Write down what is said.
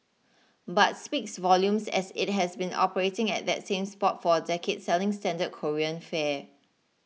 but speaks volumes as it has been operating at that same spot for a decade selling standard Korean fare